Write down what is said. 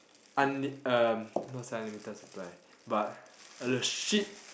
unl~ uh not say unlimited supply but a shit